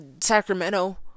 Sacramento